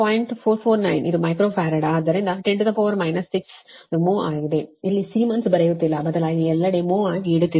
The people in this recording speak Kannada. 449 ಇದು ಮೈಕ್ರೋ ಫರಾಡ್ ಆದ್ದರಿಂದ 10 6 ಅದು mho ಆಗಿದೆ ಇಲ್ಲಿ ಸೀಮೆನ್ಸ್ ಬರೆಯುತ್ತಿಲ್ಲ ಬದಲಾಗಿ ಎಲ್ಲೆಡೆ ಮ್ಹೋ ಆಗಿ ಇಡುತ್ತಿದ್ದೇನೆ